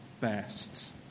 best